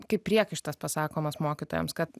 kaip priekaištas pasakomas mokytojams kad